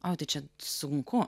o čia sunku